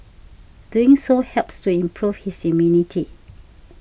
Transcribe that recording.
doing so helps to improve his immunity